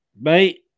mate